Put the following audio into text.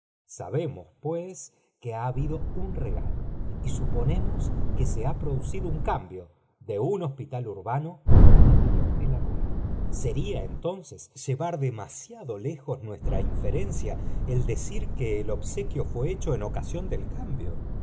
sabemos pues que a bdo un r f ojo suponemos que se ha proucdo un cambio de un hospital urbano á una neníela rural sería entonces llevar demasia ueafaa inferencia el d eir que el o euio fué hecho en ocasión del cambio